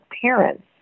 parents